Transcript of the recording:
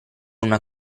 una